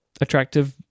attractive